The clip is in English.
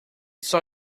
saw